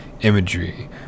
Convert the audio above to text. imagery